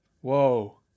Whoa